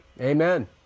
Amen